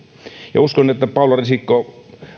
uskon että paula risikko